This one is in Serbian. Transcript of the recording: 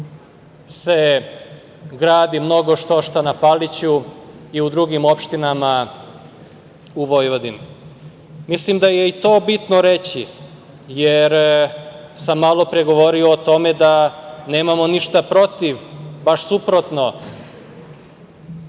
se gradi mnogo štošta na Paliću i u drugim opštinama u Vojvodini. Mislim da je i to bitno reći, jer sam malo pre govorio o tome da nemamo ništa protiv, baš suprotno,